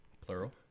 Plural